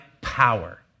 power